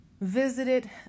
visited